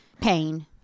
pain